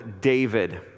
David